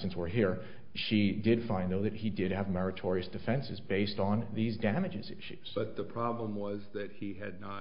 since we're here she did find though that he did have meritorious defenses based on these damages issues but the problem was that he had not